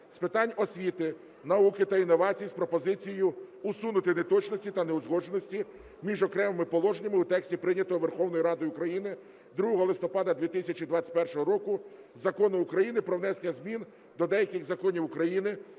з питань освіти, науки та інновацій з пропозицією усунути неточності та неузгодженості між окремими положеннями у тексті прийнятого Верховною Радою України 2 листопада 2021 року Закону України "Про внесення змін до деяких законів України